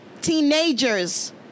teenagers